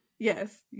Yes